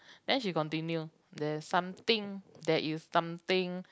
then she continue there is something there is something